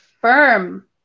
firm